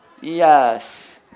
Yes